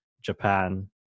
Japan